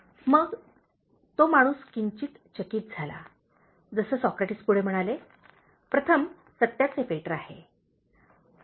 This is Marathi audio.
मग तो माणूस किंचित चकित झाला जसे सॉक्रेटिस पुढे म्हणाले "प्रथम सत्याचे फिल्टर आहे